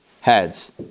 heads